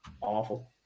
awful